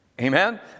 Amen